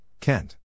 Kent